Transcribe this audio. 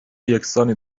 یکسانی